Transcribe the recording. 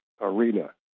arena